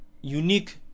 unique